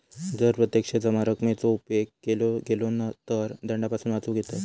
जर प्रत्यक्ष जमा रकमेचो उपेग केलो गेलो तर दंडापासून वाचुक येयत